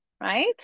right